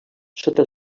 sota